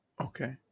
Okay